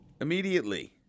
immediately